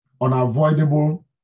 unavoidable